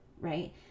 right